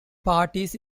parties